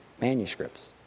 manuscripts